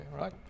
right